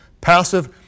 passive